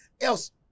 else